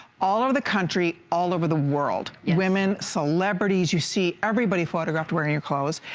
all over the country, all over the world women, celebrities you see everybody photographed wearing your clothes.